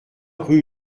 rue